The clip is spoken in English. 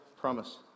promise